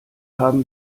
haben